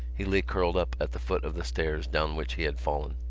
he lay curled up at the foot of the stairs down which he had fallen.